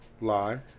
live